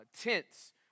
tents